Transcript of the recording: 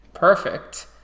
Perfect